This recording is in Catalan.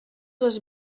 les